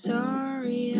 Sorry